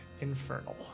infernal